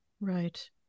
Right